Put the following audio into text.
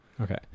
Okay